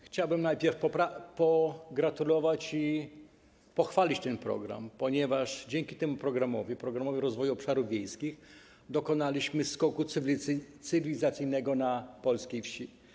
Chciałbym najpierw pogratulować i pochwalić ten program, ponieważ dzięki temu programowi, Programowi Rozwoju Obszarów Wiejskich, dokonaliśmy skoku cywilizacyjnego na polskiej wsi.